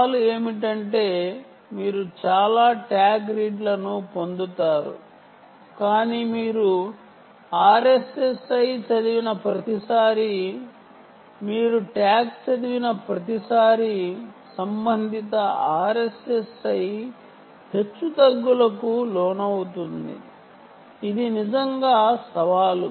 సవాలు ఏమిటంటే మీరు చాలా ట్యాగ్ రీడ్లను పొందుతారు కాని మీరు RSSI చదివిన ప్రతిసారీ మీరు ట్యాగ్ చదివిన ప్రతిసారీ సంబంధిత RSSI హెచ్చుతగ్గులకు లోనవుతుంది ఇది నిజంగా సవాలు